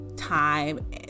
time